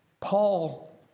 Paul